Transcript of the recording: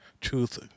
truth